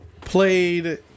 played